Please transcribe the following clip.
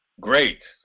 great